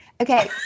Okay